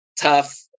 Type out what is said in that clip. tough